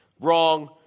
wrong